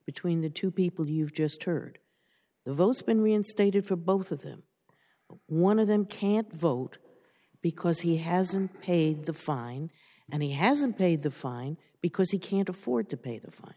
between the two people you've just heard the votes been reinstated for both of them one of them can't vote because he hasn't paid the fine and he hasn't paid the fine because he can't afford to pay the fine